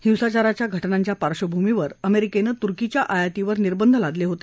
हिंसाचाराच्या घटनांच्या पार्बभूमीवर अमेरिकेने तुर्कीच्या आयातीवर निर्बंध लादले होते